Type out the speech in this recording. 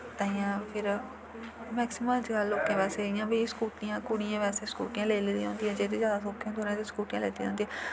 तांइयैं फिर मैक्सीमम अज्ज लोकें कश इ'यां बी स्कूटियां कुड़ियें बैसे स्कूटियां लेई लेदियां जेह्ड़े जादा सौखे होंदे उ'नें ते स्कूटियां लैती दियां होंदियां